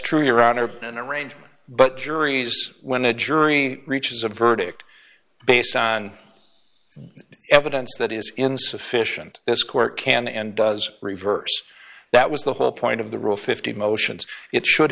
true your honor and arrangement but juries when the jury reaches a verdict based on evidence that is insufficient this court can and does reverse that was the whole point of the rule fifty motions it should